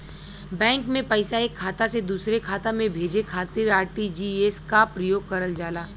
bank में पैसा एक खाता से दूसरे खाता में भेजे खातिर आर.टी.जी.एस क प्रयोग करल जाला